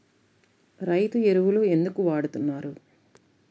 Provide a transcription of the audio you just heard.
రైతు ఎరువులు ఎందుకు వాడుతున్నారు?